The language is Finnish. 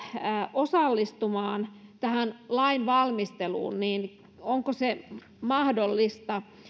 osallistumaan tähän lainvalmisteluun onko se mahdollista